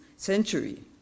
century